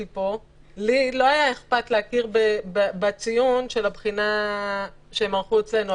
לי לא היה אכפת להכיר בציון של הבחינה שהם ערכו אצלנו,